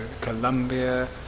Colombia